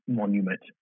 monument